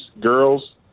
girls